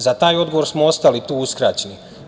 Za taj odgovor smo ostali tu uskraćeni.